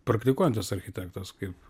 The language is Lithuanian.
praktikuojantis architektas kaip